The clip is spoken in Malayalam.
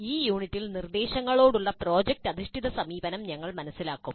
ഈ യൂണിറ്റിൽ നിർദ്ദേശങ്ങളോടുള്ള പ്രോജക്റ്റ് അധിഷ്ഠിത സമീപനം ഞങ്ങൾ മനസിലാക്കും